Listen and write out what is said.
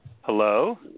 Hello